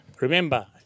remember